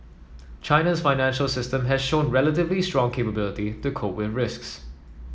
China's financial system has shown relatively strong capability to cope with risks